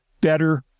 better